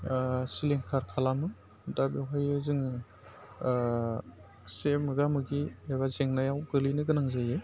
सिलिंखार खालामो दा बेवहाय जोङो एसे मोगा मोगि एबा जेंनायाव गोलैनो गोनां जायो